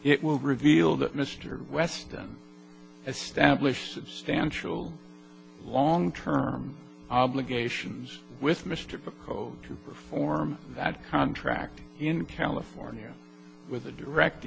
it will reveal that mr weston established substantial long term obligations with mr poe to perform that contract in california with the direct